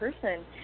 person